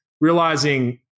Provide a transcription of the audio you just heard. realizing